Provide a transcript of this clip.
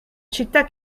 città